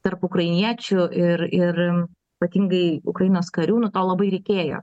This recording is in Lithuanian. tarp ukrainiečių ir ir ypatingai ukrainos karių nuo to labai reikėjo